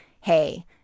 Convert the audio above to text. Hey